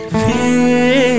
feel